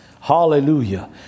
hallelujah